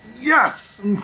yes